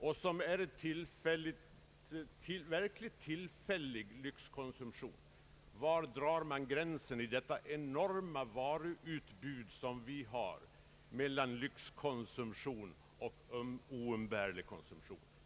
Det senare är fritt från punktskatt. Var drar man, i detta enorma varuutbud som vi har, gränsen mellan lyxkonsumtion och oumbärlig konsumtion?